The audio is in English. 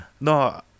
no